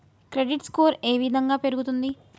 Credit score ఏ విధంగా పెరుగుతుంది?